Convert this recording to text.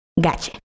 Gotcha